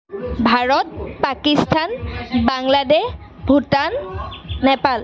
Bharat Pakistan Bangladesh Bhutan Nepal